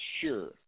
sure